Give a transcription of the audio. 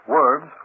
Words